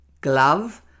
glove